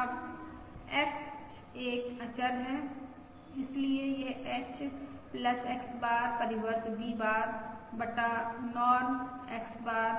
अब H एक अचर है इसलिए यह H X बार परिवर्त V बार बटा नॉर्म X बार